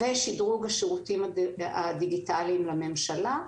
שדרוג השירותים הדיגיטליים של הממשלה.